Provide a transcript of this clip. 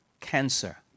cancer